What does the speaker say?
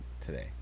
today